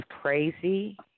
crazy